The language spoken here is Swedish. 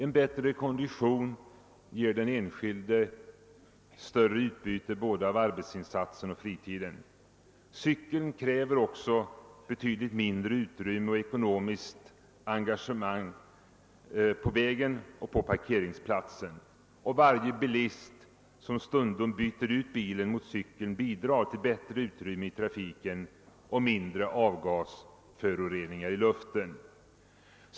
En bättre kondition ger den enskilde större utbyte av både arbetsinsatsen och fritiden. Cykeln kräver ju också betydligt mindre utrymme och ekonomiskt engagemang på vägen och på parkeringsplatsen, och varje bilist, som stundom byter ut bilen mot cykeln, bidrar till bättre utrymme i trafiken och mindre avgasföroreningar i luften.